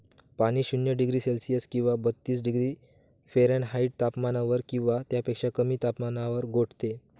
पाणी शून्य degree Celsius किंवा बत्तीस डिग्री फॅरेनहाईट तापमानावर किंवा त्यापेक्षा कमी तापमानावर गोठते